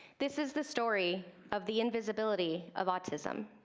this is the story of the invisibility of autism.